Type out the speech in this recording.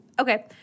Okay